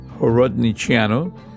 Horodniciano